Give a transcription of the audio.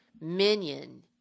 minion